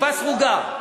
כיפה סרוגה.